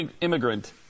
immigrant